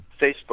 Facebook